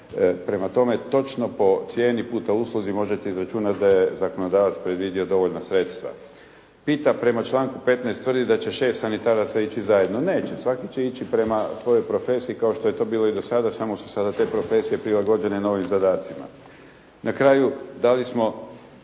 Prema tome, točno po cijeni puta usluzi možete izračunati da zakonodavac predvidio dovoljna sredstva. Pita, prema članku 15. tvrdi da će 6 sanitaraca ići zajedno. Neće, svaki će ići prema svojoj profesiji kao što je to bilo i do sada, samo su sada te profesije prilagođene novim dodacima. Na kraju, da li smo